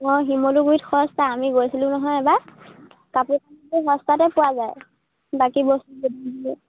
অঁ শিমলুগুৰিত সস্তা আমি গৈছিলোঁ নহয় এবাৰ কাপোৰ কিন্তু সস্তাতে পোৱা যায় বাকী বস্তু